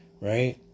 right